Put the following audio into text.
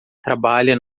trabalha